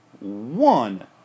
One